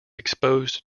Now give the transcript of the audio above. exposed